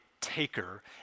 taker